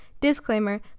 Disclaimer